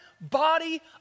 body